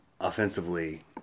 Offensively